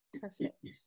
Perfect